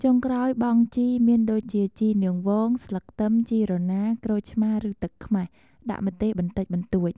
ចុងក្រោយបង់ជីមានដូចជាជីនាងវង ស្លឹកខ្ទឹម ជីរណា ក្រូចឆ្មារឬទឹកខ្មេះ ដាក់ម្ទេសបន្តិចបន្តួច។